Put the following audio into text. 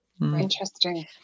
Interesting